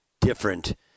different